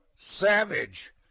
savage